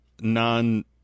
non-